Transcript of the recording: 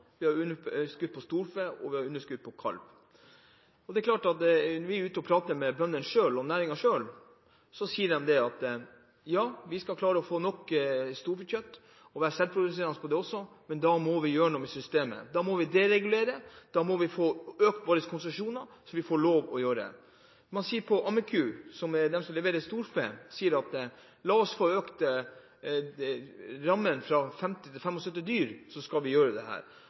vi har underskudd på storfe, og vi har underskudd på kalv. Det er klart at når vi prater med bøndene og næringen selv, sier de: Vi skal klare å få nok storfekjøtt og være selvproduserende på dette, men da må vi gjøre noe med systemet. Da må vi deregulere og få økt våre konsesjoner, så vi får lov til å gjøre dette. «Ammeku», de som leverer storfe, sier: La oss få økte rammer, fra 50 til 75 dyr, så skal vi gjøre